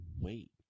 wait